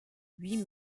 huit